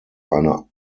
eine